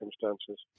circumstances